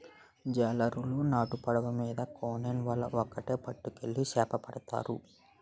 జాలరులు నాటు పడవ మీద కోనేమ్ వల ఒక్కేటి పట్టుకెళ్లి సేపపడతారు